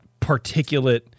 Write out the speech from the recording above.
particulate